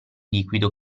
liquido